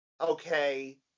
okay